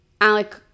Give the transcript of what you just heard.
Alec